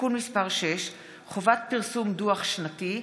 (תיקון מס' 6) (חובת פרסום דוח שנתי),